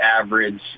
average